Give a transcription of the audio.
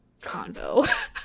convo